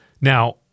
Now